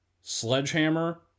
Sledgehammer